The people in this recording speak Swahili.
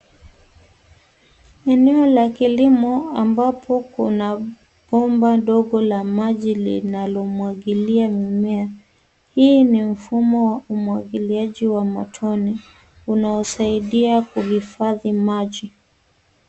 Eneo la kilimo ambapo kuna bomba ndogo la maji linalomwagilia mimea. Hii ni mfumo wa umwagiliaji wa matone unaosaidia kuhifadhi maji.